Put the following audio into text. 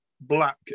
black